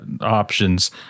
options